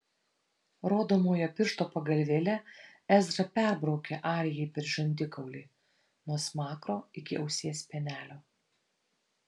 rodomojo piršto pagalvėle ezra perbraukė arijai per žandikaulį nuo smakro iki ausies spenelio